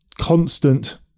constant